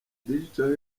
digital